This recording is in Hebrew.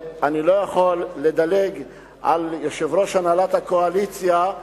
אני לא יכול לדלג על יושב-ראש הנהלת הקואליציה,